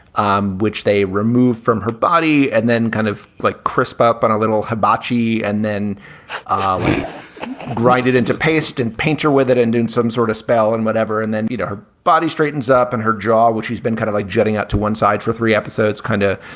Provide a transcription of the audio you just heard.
um which they remove from her body, and then kind of like crisp up on a little hibachi and then we grind it into paste and paint her with it and do some sort of spell and whatever. and then you know her body straightens up and her jaw, which he's been kind of like jetting out to one side for three episodes kind of